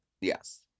Yes